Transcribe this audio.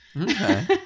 Okay